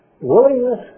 willingness